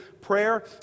prayer